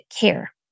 care